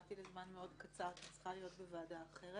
באתי לזמן מאוד קצר כי אני צריכה להיות בוועדה אחרת.